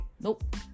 Nope